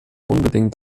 unbedingt